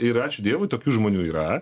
ir ačiū dievui tokių žmonių yra